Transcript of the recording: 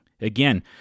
Again